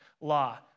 law